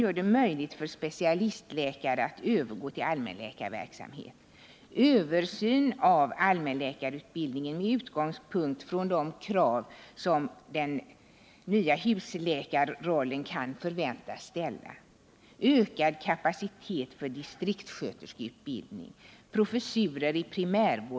Våra förslag till åtgärder innebär följande: Översyn av allmänläkarutbildningen med utgångspunkt från de krav som den nya husläkarrollen kan förväntas ställa.